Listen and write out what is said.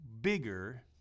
bigger